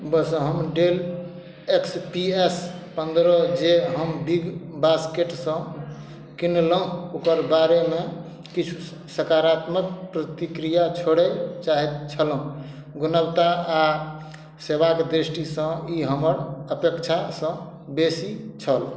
बस हम Dell X P S पन्द्रह जे हम बिग बास्केटसँ किनलहुँ ओकर बारेमे किछु सकारात्मक प्रतिक्रिआ छोड़य चाहैत छलहुँ गुणवत्ता आ सेवाक दृष्टिसँ ई हमर अपेक्षासँ बेसी छल